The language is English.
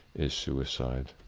is suicide.